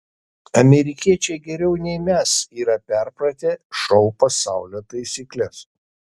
amerikiečiai geriau nei mes yra perpratę šou pasaulio taisykles